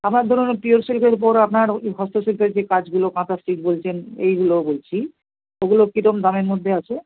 আমার ধরুন ওই পিওর সিল্কের উপর আপনার হস্ত শিল্পের যে কাজগুলো কাঁথা স্টিচ বলছেন এইগুলো বলছি ওগুলো কী রকম দামের মধ্যে আছে